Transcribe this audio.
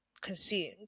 consumed